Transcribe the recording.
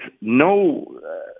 no